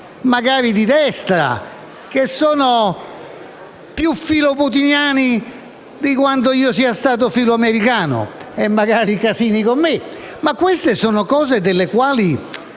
magari di destra, che sono più filoputiniani di quanto io sia stato filoamericano (e magari Casini con me); ma queste sono cose delle quali